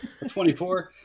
24